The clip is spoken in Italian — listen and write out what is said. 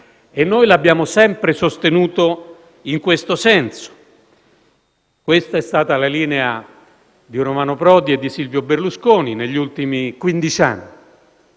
Noi lo abbiamo sempre sostenuto in questo senso. Questa è stata la linea di Romano Prodi e di Silvio Berlusconi negli ultimi quindici anni;